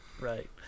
right